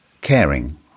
caring